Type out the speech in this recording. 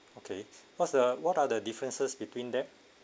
okay what's the what are the differences between that